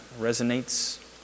resonates